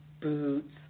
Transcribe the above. boots